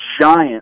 giant